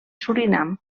surinam